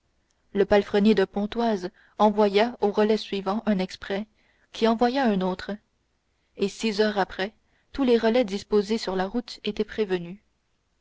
le palefrenier de pontoise envoya au relais suivant un exprès qui en envoya un autre et six heures après tous les relais disposés sur la route étaient prévenus